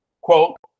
quote